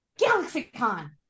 GalaxyCon